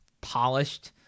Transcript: polished